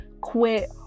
quit